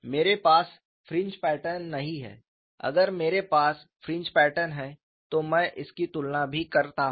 मेरे पास fringe pattern नहीं है अगर मेरे पास फ्रिंज पैटर्न है तो मैं इसकी तुलना भी करता हूं